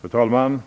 Fru talman!